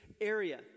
area